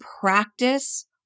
practice